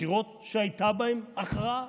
בחירות שהייתה בהן הכרעה.